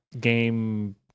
game